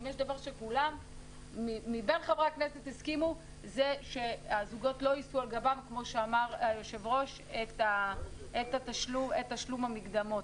אבל כל חברי הכנסת הסכימו שהזוגות לא יישאו על גבם את תשלום המקדמות,